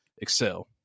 excel